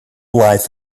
life